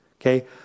okay